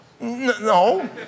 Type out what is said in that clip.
No